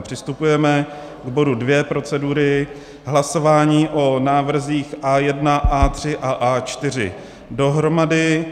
Přistupujeme k bodu 2 procedury, hlasování o návrzích A1, A3 a A4 dohromady.